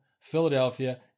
Philadelphia